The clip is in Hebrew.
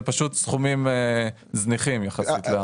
זה פשוט סכומים זניחים יחסית.